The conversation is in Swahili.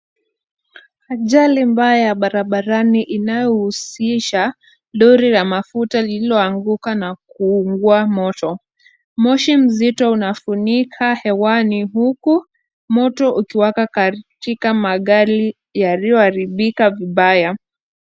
Ajali mbaya ya barabarani inayohusisha lori la mafuta lililoanguka na kuungia moto. Moshi mzito unafunika hewani huku moto ukiwaka katika magari yalioharibika vibaya.